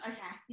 Okay